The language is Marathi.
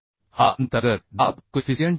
हा अंतर्गत दाब कोइफिसियन्ट Cpe